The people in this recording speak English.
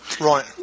right